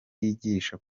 yigisha